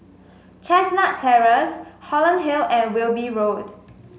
Chestnut Terrace Holland Hill and Wilby Road